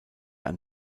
ein